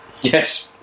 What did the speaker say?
Yes